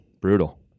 Brutal